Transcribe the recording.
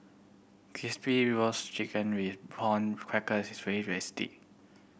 Crispy Roasted Chicken with prawn cracker is very